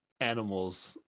animals